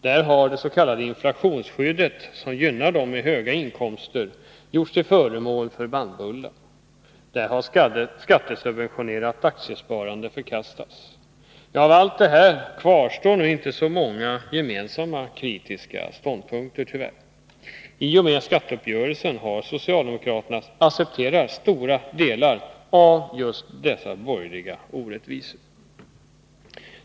Då har det s.k. inflationsskyddet, som gynnar dem med höga inkomster, gjorts till föremål för bannbulla. Då har skattesubventionerat aktiesparande förkastats. Av allt detta kvarstår nu tyvärr inte så många gemensamma kritiska ståndpunkter. I och med skatteuppgörelsen har socialdemokraterna accepterat stora delar av dessa borgerliga orättvisor.